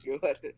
good